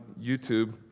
YouTube